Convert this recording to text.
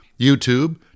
YouTube